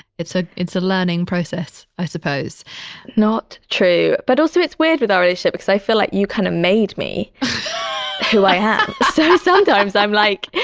it's a, it's a learning process, i suppose not true. but also it's weird with our relationship because i feel like you kind of made me who i am. yeah so sometimes i'm like,